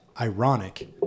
ironic